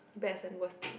best and worst thing